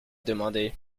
demandé